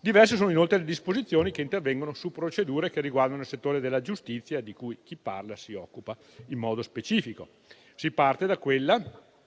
Diverse sono inoltre le disposizioni che intervengono su procedure che riguardano il settore della giustizia, di cui chi parla si occupa in modo specifico. Si parte da quella